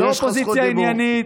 לא אופוזיציה עניינית,